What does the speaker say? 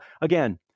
again